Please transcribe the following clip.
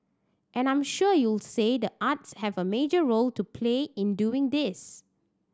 and I'm sure you say the arts have a major role to play in doing this